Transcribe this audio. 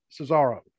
Cesaro